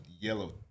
Yellow